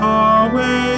away